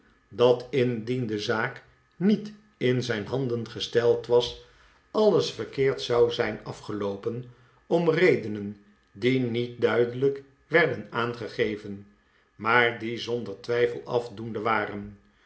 dat indien de zaak niet in zijn handen gesteld was alles verkeerd zou zijn af geloopen om redenen die niet duidelijk werden aangegeven maar die zonder twijfel afdoende waren